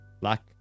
black